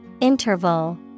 Interval